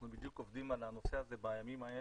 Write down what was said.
אנחנו בדיוק על הנושא בימים האלה.